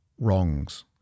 wrongs